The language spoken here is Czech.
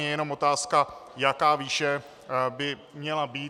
Je jenom otázka, jaká výše by měla být.